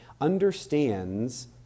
understands